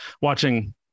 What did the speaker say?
watching